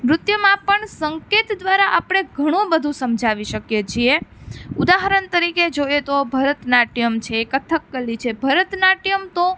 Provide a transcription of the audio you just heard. નૃત્યમાં પણ સંકેત દ્વારા આપણે ઘણું બધું સમજાવી શકીએ છીએ ઉદાહરણ તરીકે જોઈએ તો ભરતનાટ્યમ છે કથકલી છે ભરતનાટ્યમ તો